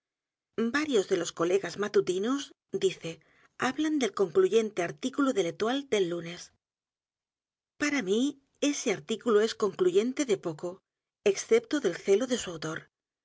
varios de los colegas matutinos dice hablan del concluyeme artículo de l'étoile del lunes p a r a mí ese artículo es concluyente de poco excepto del celo de su autor